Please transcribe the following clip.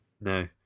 no